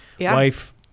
wife